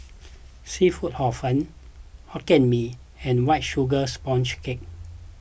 Seafood Hor Fun Hokkien Mee and White Sugar Sponge Cake